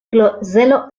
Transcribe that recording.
klozelo